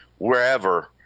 wherever